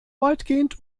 weitgehend